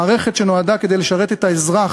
מערכת שנועדה לשרת את האזרח